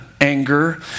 anger